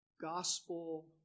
gospel